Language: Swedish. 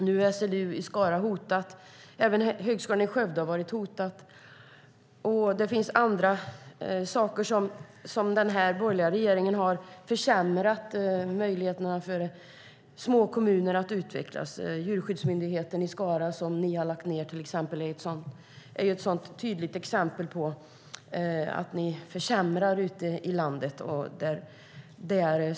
Nu är SLU i Skara hotat, även högskolan i Skövde har varit hotad, och det finns andra saker som den borgerliga regeringen har försämrat. De minskade möjligheterna för små kommuner att utvecklas och nedläggningen av Djurskyddsmyndigheten i Skara är tydliga exempel på att ni försämrar ute i landet.